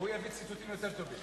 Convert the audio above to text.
הוא יביא ציטוטים יותר טובים.